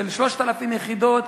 של 3,000 יחידות,